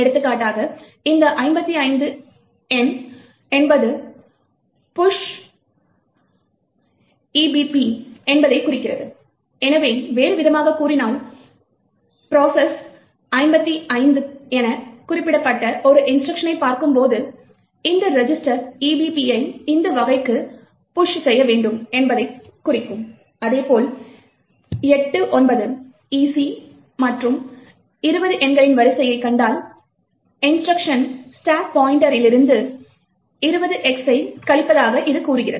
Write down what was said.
எடுத்துக்காட்டாக இந்த 55 எண் என்பது push EBP என்பதைக் குறிக்கிறது எனவே வேறுவிதமாகக் கூறினால் ப்ரோசஸர் 55 என குறியிடப்பட்ட ஒரு இன்ஸ்ட்ருக்ஷனைப் பார்க்கும்போது இந்த ரெஜிஸ்ட்டர் EBP ஐ இந்த வகைக்குத் புஷ் செய்ய வேண்டும் என்பதைக் குறிக்கும் அதேபோல் 89 EC மற்றும் 20 எண்களின் வரிசையைக் கண்டால் இன்ஸ்ட்ருக்ஷன் ஸ்டாக் பாய்ண்ட்டரில் இருந்து 20X ஐக் கழிப்பதாக இது குறிக்கும்